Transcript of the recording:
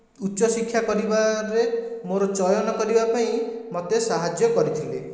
ଉଚ୍ଚ ଶିକ୍ଷା କରିବାରେ ମୋର ଚୟନ କରିବା ପାଇଁ ମୋତେ ସାହାଯ୍ୟ କରିଥିଲେ